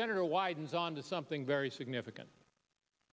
senator wyden is on to something very significant